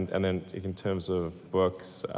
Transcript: and and in terms of books,